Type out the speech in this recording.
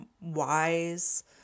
wise